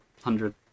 Hundred